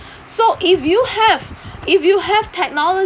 so if you have if you have technology